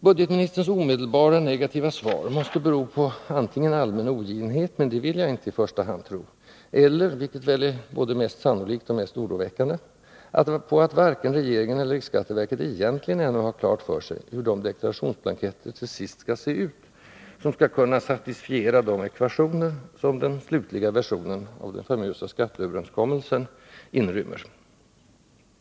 Budgetministerns omedelbara, negativa svar måste bero på antingen allmän oginhet — men det vill jag inte i första hand tro — eller — vilket väl är både mest sannolikt och mest oroväckande — på att varken regeringen eller riksskatteverket egentligen ännu har klart för sig hur de deklarationsblanketter till sist skall se ut som skall kunna satisfiera de ekvationer som den slutliga versionen av den famösa skatteöverenskommelsen inrymmer.